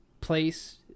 place